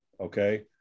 Okay